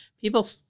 People